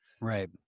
right